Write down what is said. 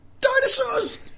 dinosaurs